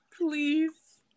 please